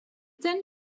ten